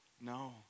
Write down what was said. No